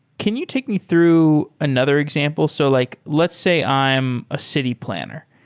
can you take me through another example? so like let's say i am a city planner.